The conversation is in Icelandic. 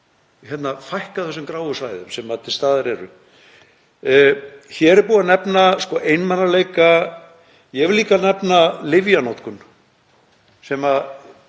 að fækka þessum gráu svæðum sem eru til staðar. Hér er búið að nefna einmanaleika. Ég vil líka nefna lyfjanotkun sem er